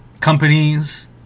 companies